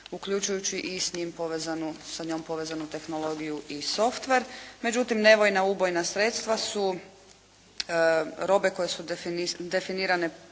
povezanu, sa njom povezanu tehnologiju i softver. Međutim, nevojna ubojna sredstva su robe koje su definirane